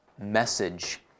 message